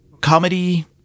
comedy